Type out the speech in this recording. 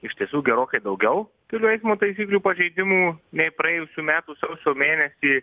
iš tiesų gerokai daugiau kelių eismo taisyklių pažeidimų nei praėjusių metų sausio mėnesį